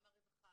גם הרווחה,